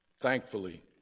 thankfully